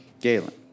Galen